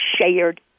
shared